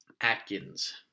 atkins